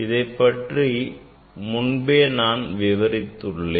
இதைப் பற்றி முன்பே நான் விவரித்துள்ளேன்